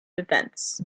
defense